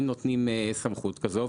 אם נותנים סמכות כזו?